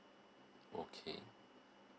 okay